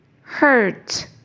Hurt